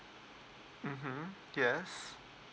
mmhmm yes